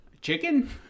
chicken